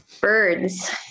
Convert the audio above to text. birds